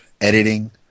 editing